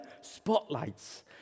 Spotlights